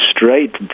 straight